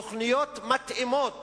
תוכניות מתאימות